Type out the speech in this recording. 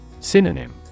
Synonym